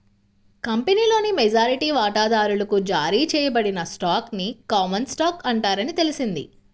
కంపెనీలోని మెజారిటీ వాటాదారులకు జారీ చేయబడిన స్టాక్ ని కామన్ స్టాక్ అంటారని తెలిసింది